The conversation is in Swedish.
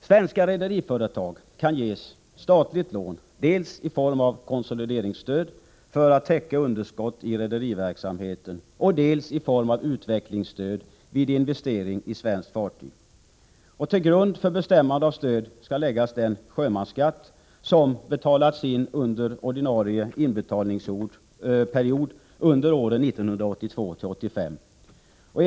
Svenska rederiföretag kan ges statligt stöd dels i form av konsolideringsstöd för att täcka underskott i rederiverksamheten, dels i form av utvecklingsstöd vid investering i svenskt fartyg. Till grund för bestämmande av stöd skall läggas den sjömansskatt som har betalats in under ordinarie inbetalningsperiod under åren 1982-1985.